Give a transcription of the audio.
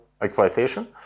exploitation